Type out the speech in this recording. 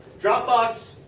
dropbox.